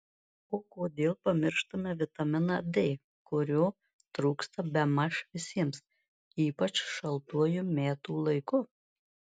o kodėl pamištame vitaminą d kurio trūksta bemaž visiems ypač šaltuoju metų laiku